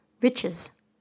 riches